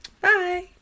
bye